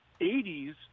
80s